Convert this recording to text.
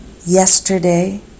yesterday